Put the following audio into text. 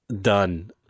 done